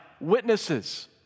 witnesses